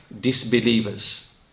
disbelievers